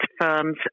firms